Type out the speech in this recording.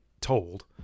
told